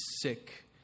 sick